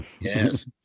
Yes